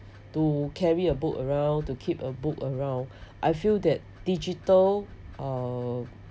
to carry a book around to keep a book around I feel that digital uh